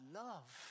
love